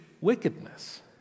wickedness